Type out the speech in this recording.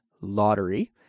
lottery